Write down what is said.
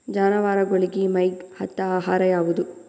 ಜಾನವಾರಗೊಳಿಗಿ ಮೈಗ್ ಹತ್ತ ಆಹಾರ ಯಾವುದು?